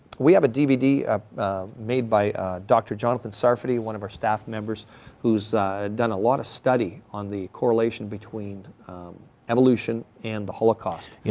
we have a dvd about ah made by dr jonathan sarfati, one of our staff members who's done a lot of study on the correlation between evolution and the holocaust. yeah